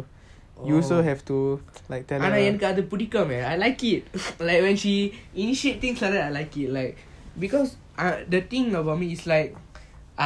oh ஆனா என்னக்கு அது பிடிக்குமே:aana ennaku athu pidikumey I like it like when she initiate things like that I like it like because the thing about me is like